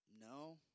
No